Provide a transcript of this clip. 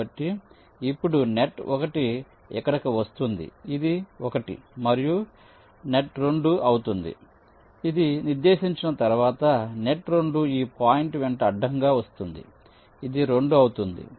కాబట్టి ఇప్పుడు నెట్ 1 ఇక్కడకు వస్తుంది ఇది 1 మరియు నెట్ 2 అవుతుంది ఇది నిర్దేశించిన తర్వాత నెట్ 2 ఈ పాయింట్ వెంట అడ్డంగా వస్తుంది ఇది 2 అవుతుంది